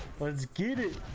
but is getting